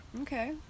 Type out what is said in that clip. Okay